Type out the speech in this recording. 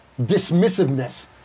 dismissiveness